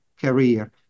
career